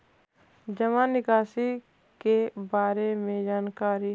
जामा निकासी के बारे में जानकारी?